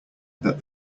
that